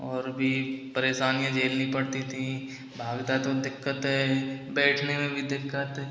और भी परेशानियाँ झेलनी पड़ती थीं भागता तो दिक्कत बैठने में भी दिक्कत